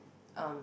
um